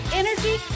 energy